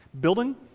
building